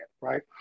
right